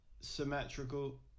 symmetrical